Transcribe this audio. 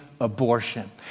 abortion